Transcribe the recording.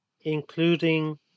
including